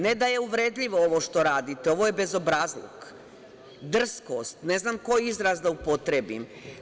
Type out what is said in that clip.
Ne da je uvredljivo ovo što radite, ovo je bezobrazluk, drskost, ne znam koji izraz da upotrebim.